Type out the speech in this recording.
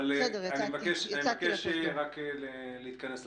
אבל אני מבקש רק להתכנס לסיום.